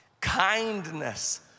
kindness